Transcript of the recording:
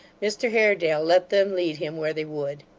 mr haredale let them lead him where they would.